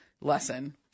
lesson